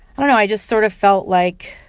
i don't know. i just sort of felt, like,